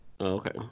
Okay